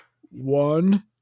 One